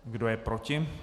Kdo je proti?